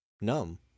Numb